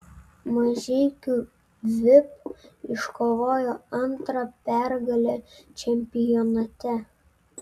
mažeikių vip iškovojo antrą pergalę čempionate